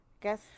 Guess